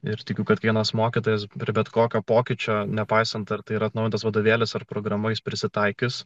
ir tikiu kad vienas mokytojas prie bet kokio pokyčio nepaisant ar tai yra atnaujintas vadovėlis ar programa jis prisitaikys